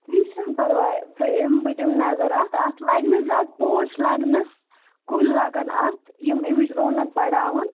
کیٚنٛہہ چھنہٕ پرواے بہٕ یِمہٕ بہٕ دِمہٕ نطر اَتھ اَتھ لَگہِ نہٕ زیادٕ پوش لَگنس کُلۍ لَگن اَتھ یِم اَمچ رونق بڑاون